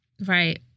Right